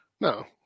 No